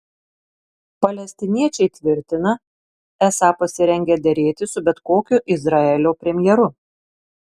palestiniečiai tvirtina esą pasirengę derėtis su bet kokiu izraelio premjeru